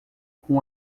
com